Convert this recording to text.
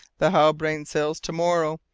the halbrane sails to-morrow